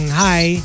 hi